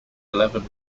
eleven